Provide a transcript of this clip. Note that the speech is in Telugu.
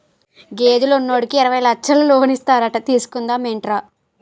గేదెలు ఉన్నోడికి యిరవై లచ్చలు లోనిస్తారట తీసుకుందా మేట్రా